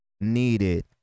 needed